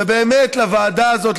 ובאמת לוועדה הזאת,